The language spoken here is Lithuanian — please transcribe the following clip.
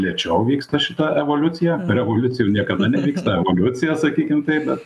lėčiau vyksta šita evoliucija revoliucija jau niekada nevyksta evoliucija sakykim taip bet